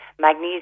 magnesium